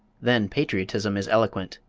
then patriotism is eloquent,